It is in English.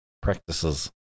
practices